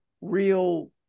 real